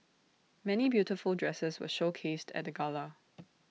many beautiful dresses were showcased at the gala